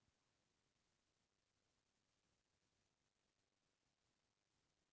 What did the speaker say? UPI सेवा के उपयोग ल बतावव?